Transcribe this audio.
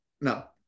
no